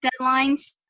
deadlines